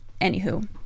anywho